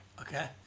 Okay